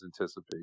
anticipate